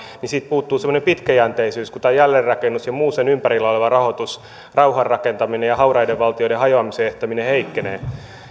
puuttuu semmoinen pitkäjänteisyys kun tämä jälleenrakennus ja muu sen ympärillä oleva rahoitus rauhanrakentaminen ja hauraiden valtioiden hajoamisen estäminen heikkenee